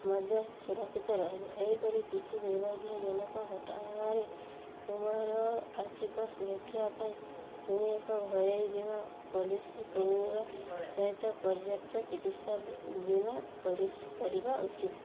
ମଧ୍ୟ ସୁରକ୍ଷିତ ରହିବ ଏହିପରି କିଛି ଦୁର୍ଭାଗ୍ୟଜନକ ଘଟଣାରେ ତୁମର ଆର୍ଥିକ ସୁରକ୍ଷା ପାଇଁ ତୁମେ ଏକ ହରେଇ ବୀମା ପଲିସି କିଣିବା ସହିତ ପର୍ଯ୍ୟାପ୍ତ ଚିକିତ୍ସା ବୀମା କରିବା ଉଚିତ୍